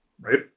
right